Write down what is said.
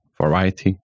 variety